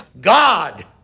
God